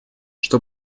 что